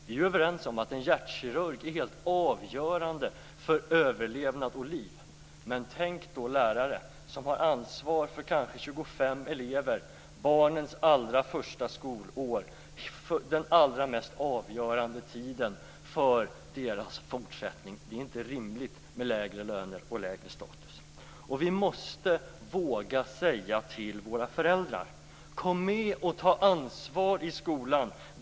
Vi är överens om att en hjärtkirurg är helt avgörande för överlevnad och liv. Men tänk då på läraren som har ansvar för kanske 25 elever under barnens allra första skolår, den allra mest avgörande tiden för deras fortsättning. Det är inte rimligt med lägre löner och lägre status. Vi måste våga säga till föräldrarna: Kom med och ta ansvar för skolan!